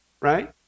right